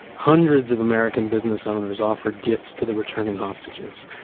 hundreds of american business owners offered gifts to the returning hostages.